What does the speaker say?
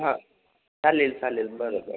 हां चालेल चालेल बरोबर